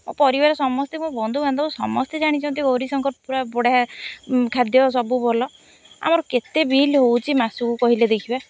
ପରିବାର ସମସ୍ତେ ମୋ ବନ୍ଧୁବାନ୍ଧବ ସମସ୍ତେ ଜାଣିଛନ୍ତି ଗୌରୀଶଙ୍କର ପୁରା ବଢ଼ିଆ ଖାଦ୍ୟ ସବୁ ଭଲ ଆମର କେତେ ବିଲ୍ ହେଉଛି ମାସକୁ କହିଲେ ଦେଖିବା